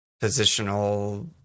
positional